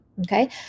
Okay